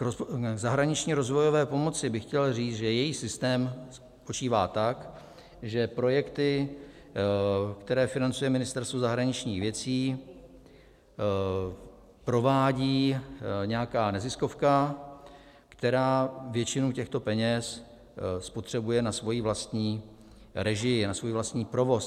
K zahraniční rozvojové pomoci bych chtěl říct, že její systém spočívá tak, že projekty, které financuje Ministerstvo zahraničních věcí, provádí nějaká neziskovka, která většinu těchto peněz spotřebuje na svoji vlastní režii, na svůj vlastní provoz.